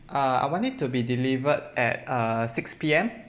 uh I want it to be delivered at uh six P_M